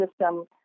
system